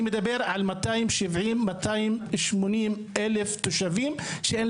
אני מדבר על 280,000-270,000 תושבים שאין